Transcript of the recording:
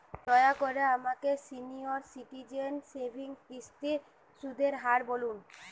দয়া করে আমাকে সিনিয়র সিটিজেন সেভিংস স্কিমের সুদের হার বলুন